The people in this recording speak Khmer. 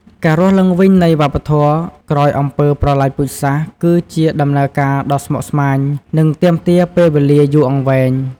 ការរស់ឡើងវិញនៃវប្បធម៌ក្រោយអំពើប្រល័យពូជសាសន៍ គឺជាដំណើរការដ៏ស្មុគស្មាញ និងទាមទារពេលវេលាយូរអង្វែង។